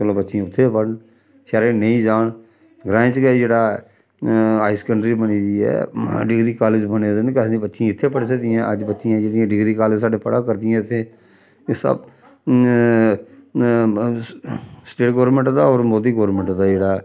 चलो बच्चियां उत्थै गै पढ़न शैह्रे च नेईं जान ग्राएं च गै जेह्ड़ा ऐ हायर सकैंडरी बनी दी ऐ डिग्री कालज बने दे न केह् आखदे बच्चियां इत्थै पढ़ी सकदियां अज्ज बच्चियां जेह्ड़ियां डिग्री कालज साढ़ै पढ़ा करदियां इत्थै एह् सब स्टेट गौरमैंट दा होर मोदी गौरमैंट दा जेह्ड़ा ऐ